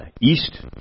east